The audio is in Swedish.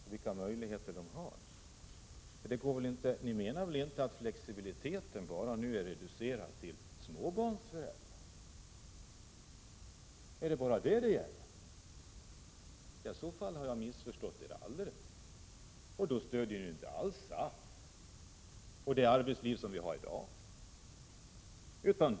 Herr talman! Det handlar kanske inte så mycket om system, utan om hur vi ser på människor i samhället och deras möjligheter. För ni menar väl inte att flexibiliteten är reducerad till småbarnsföräldrar? I så fall har jag helt missförstått er. Då stöder ni inte alls SAF och de regler som gäller i dagens arbetsliv.